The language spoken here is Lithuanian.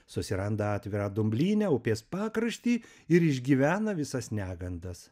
susiranda atvirą dumblynę upės pakraštį ir išgyvena visas negandas